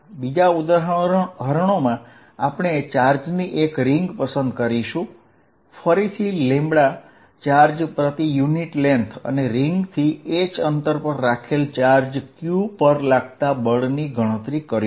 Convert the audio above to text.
બીજા ઉદાહરણમાં આપણે ચાર્જની એક રીંગ પસંદ કરીએ અને આપણે ફરીથી ચાર્જ પર એકમ લંબાઇ અને રીંગ થી h અંતર પર રાખેલ ચાર્જ q પર લાગતા બળની ગણતરી કરીશું